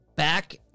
Back